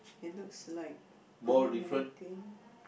it's looks like only nineteen